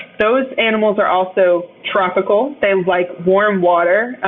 those animals are also tropical. they like warm water.